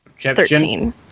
Thirteen